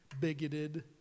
bigoted